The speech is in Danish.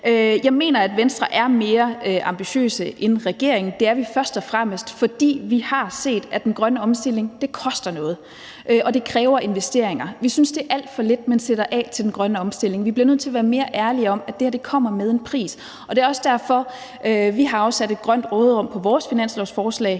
Jeg mener, at Venstre er mere ambitiøse end regeringen. Det er vi først og fremmest, fordi vi har set, at den grønne omstilling koster noget, og at det kræver investeringer. Vi synes, det er alt for lidt, man sætter af til den grønne omstilling. Vi bliver nødt til at være mere ærlige om, at det her kommer med en pris, og det er også derfor, vi har afsat et grønt råderum på vores finanslovsforslag,